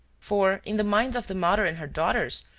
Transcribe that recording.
for, in the minds of the mother and her daughters,